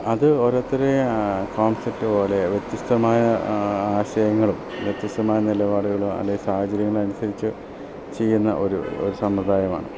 അത് ഓരോരുത്തരെയും കോൺസെപ്റ്റ് പോലെ വ്യത്യസ്തമായ ആശയങ്ങളും വ്യത്യസ്തമായ നിലപാടുകളും അല്ലെ സാഹചര്യങ്ങളും അനുസരിച്ച് ചെയ്യുന്ന ഒരു ഒരു സമ്പ്രദായമാണ്